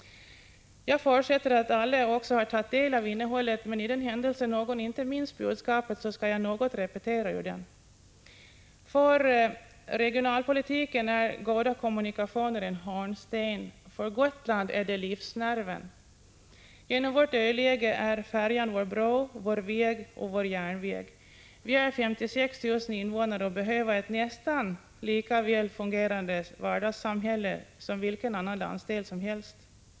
Jag förutsätter att alla också har tagit del av innehållet, men i den händelse någon inte minns budskapet, skall jag repetera något ur den. 143 För regionalpolitiken är goda kommunikationer en hörnsten — för Gotland är det livsnerven. Genom vårt öläge är färjan vår bro, vår väg och vår järnväg. Vi är 56 000 invånare och behöver ett nästan lika väl fungerande vardagssamhälle som i vilken annan landsdel som helst.